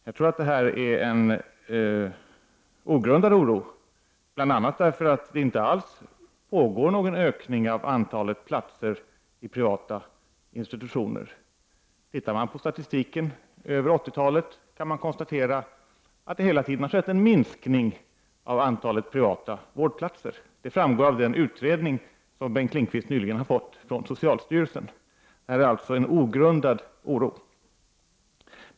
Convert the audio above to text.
Jag tror att det här är en ogrundad oro, bl.a. därför att det inte alls pågår någon ökning av antalet platser på privata institutioner. Tittar man på statistiken från 80-talet kan man konstatera att det hela tiden har skett en minskning av antalet privata vårdplatser. Det framgår av den utredning som Bengt Lindqvist nyligen har fått från socialstyrelsen. Det här är alltså en ogrundad oro.